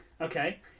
Okay